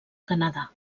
canadà